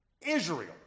Israel